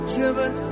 Driven